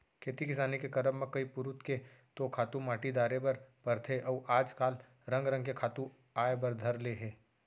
खेती किसानी के करब म कई पुरूत के तो खातू माटी डारे बर परथे अउ आज काल रंग रंग के खातू आय बर धर ले हे